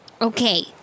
okay